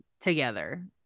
Together